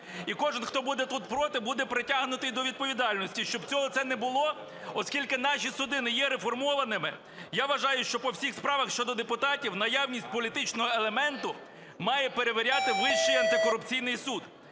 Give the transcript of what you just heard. І кожен, хто буде тут проти, буде притягнутий до відповідальності, щоб цього це не було, оскільки наші суди не є реформованими, я вважаю, що по всіх справах щодо депутатів наявність політичного елементу має перевіряти Вищий антикорупційний суд.